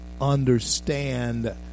understand